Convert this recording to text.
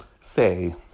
say